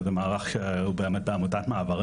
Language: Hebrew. זה מערך שהוא באמת מתנהל בעמותת מעברים